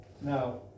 Now